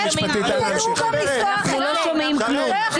--- אנחנו לא שומעים כלום.